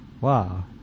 Wow